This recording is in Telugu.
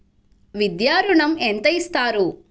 విద్యా ఋణం ఎంత ఇస్తారు?